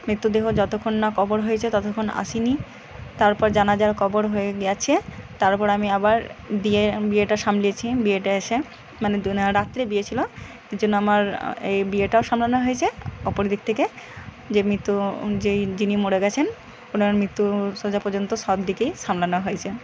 মৃত্যুদেহ যতক্ষণ না কবর হয়েছে ততক্ষণ আসিনি তারপর জানা যার কবর হয়ে গেছে তারপর আমি আবার বিয়ে আমি বিয়েটা সামলেছি বিয়েটা এসে মানে রাত্রে বিয়ে ছিলো জন্য আমার এই বিয়েটাও সামলানো হয়েছে অপর দিক থেকে যেই মৃত্যু যে যিনি মরে গেছেন ওনার মৃত্যু শয্যা পর্যন্ত সব দিকেই সামলানো হয়েছে